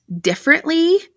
differently